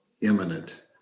imminent